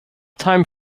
time